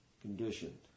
Conditioned